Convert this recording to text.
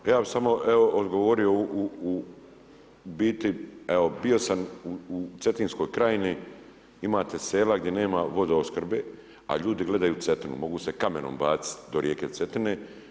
Ja bih samo odgovorio u biti evo bio sam u Cetinskoj krajini imate sela gdje nema vodoopskrbe, a ljudi gledaju Cetinu mogu se kamenom baciti do rijeke Cetine.